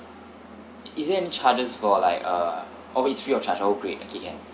is there any charges for like uh always free of charge oh great okay can